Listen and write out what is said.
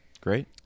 Great